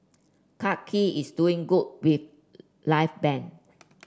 Clarke Quay is doing good with live band